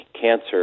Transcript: cancer